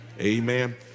amen